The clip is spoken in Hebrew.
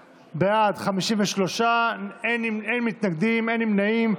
בעד, 53, אין מתנגדים, אין נמנעים.